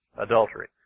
adultery